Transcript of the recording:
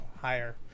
higher